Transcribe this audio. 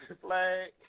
Flag